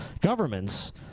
governments